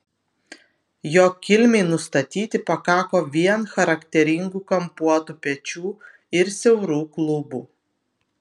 jo kilmei nustatyti pakako vien charakteringų kampuotų pečių ir siaurų klubų